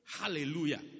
Hallelujah